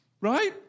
Right